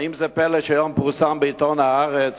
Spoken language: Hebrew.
והאם זה פלא שהיום פורסם בעיתון "הארץ",